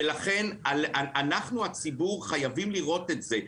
לכן אנחנו הציבור חייבים לראות את זה.